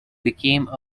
became